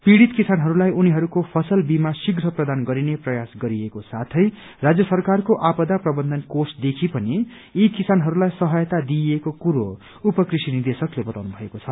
पीड़ित किसानहरूलाई उनीहरूको फसल बिमा शीघ्र प्रदान गरिने प्रयास गरिएको साथै राज्य सरकारको आपदा प्रबन्धन कोषदेखि पनि यी किसानहरूलाई सहायता दिइएको कुरो उपकृषि निदेशकले बताउनु भएको छ